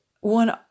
one